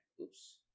Oops